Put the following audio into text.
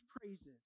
praises